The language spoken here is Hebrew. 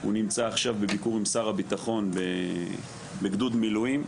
הוא נמצא עכשיו בביקור עם שר הביטחון בגדוד מילואים.